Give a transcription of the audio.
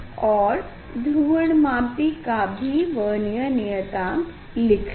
और ध्रुवणमापी का भी वर्नियर नियतांक भी लिख लें